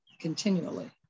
continually